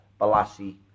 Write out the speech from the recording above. Balassi